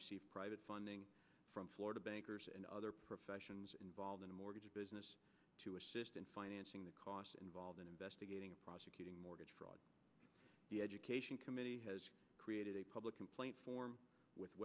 received private funding from florida bankers and other professions involved in mortgage business to assist in financing the costs involved in investigating and prosecuting mortgage fraud the education committee has created a public complaint form with